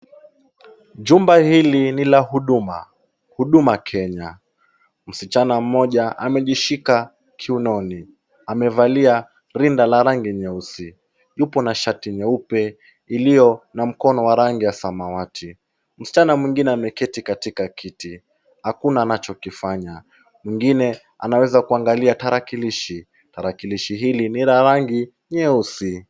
Jumba hili ni la huduma, huduma Kenya, msichana mmoja amejishika kiunoni. Amevalia rinda la rangi nyeusi. Yupo na shati nyeupe iliyo na mstari wa rangi ya samawati. Msichana mwingine ameketi katika kiti, hakuna anachokifanya, mwingine anaweza kuangalia tarakilishi. Tarakilishi hii ni ya rangi nyeusi.